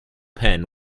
pen